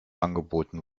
angeboten